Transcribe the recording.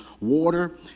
water